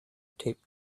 taped